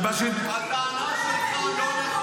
הטענה שלך לא נכונה.